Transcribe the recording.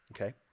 Okay